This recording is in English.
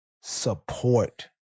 support